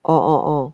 orh orh oh